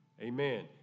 amen